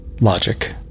logic